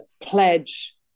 pledge